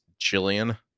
jillian